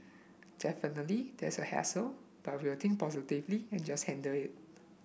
definitely there's a hassle but we will think positively and just handle it